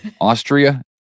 austria